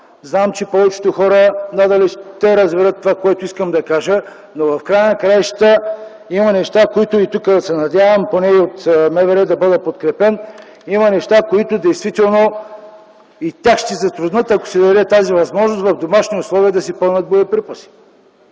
Знам, че повечето хора надали ще разберат това, което искам да кажа. В края на краищата има неща, за които се надявам, поне от МВР да бъда подкрепен. Има неща, които действително и тях ще затруднят, ако се даде тази възможност в домашни условия да се пълнят боеприпаси.